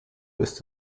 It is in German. ist